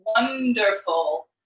wonderful